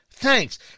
thanks